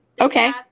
Okay